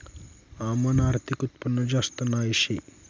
आमनं आर्थिक उत्पन्न जास्त नही शे